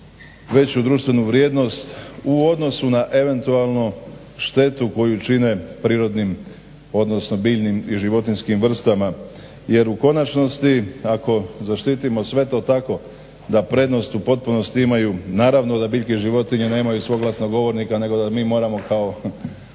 veću društvenu vrijednost u odnosu na eventualnu štetu koju čine prirodnim, odnosno biljnim i životinjskim vrstama jer u konačnosti ako zaštitimo sve to tako da prednost u potpunosti imaju naravno da biljke i životinje nemaju svog glasnogovornika nego da mi moramo kao